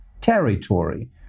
territory